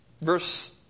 verse